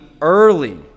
early